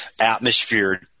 atmosphere